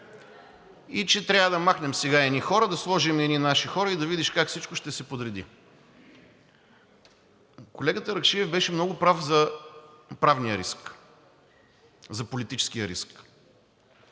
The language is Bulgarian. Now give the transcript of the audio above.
и че трябва да махнем сега едни хора, да сложим едни наши хора и да видиш как всичко ще се подреди. Колегата Ракшиев беше много прав за правния риск, за политическия риск.